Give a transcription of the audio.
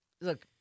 look